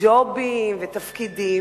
ג'ובים ותקציבים,